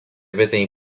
peteĩ